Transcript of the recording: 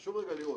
חשוב רגע לראות,